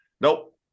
nope